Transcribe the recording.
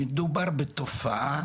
מדובר בתופעה